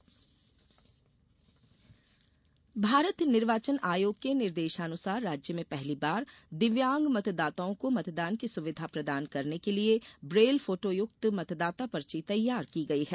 Braille लिपि मतदाता पर्ची भारत निर्वाचन आयोग के निर्देशानुसार राज्य में पहली बार दिव्यांग मतदाताओं को मतदान की सुविधा प्रदान करने के लिये ब्रेल फोटो युक्त मतदाता पर्ची तैयार की गई है